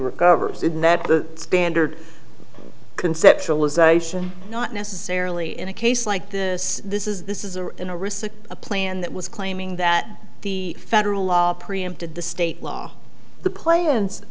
recovers in that the standard conceptualization not necessarily in a case like this this is this is a in a recent a plan that was claiming that the federal law preempted the state law the pla